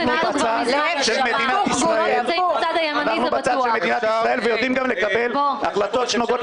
אנחנו בצד של מדינת ישראל ויודעים לקבל החלטות שנוגעות